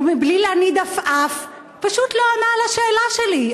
ובלי להניד עפעף פשוט לא ענה על השאלה שלי.